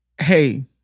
Hey